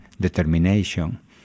determination